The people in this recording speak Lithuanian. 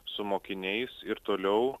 su mokiniais ir toliau